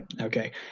okay